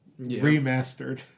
remastered